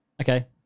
Okay